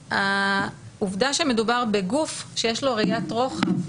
העובדה שמדובר בגוף שיש לו ראיית רוחב,